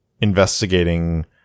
investigating